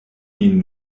min